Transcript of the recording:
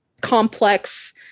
complex